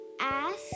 ask